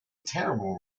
terrible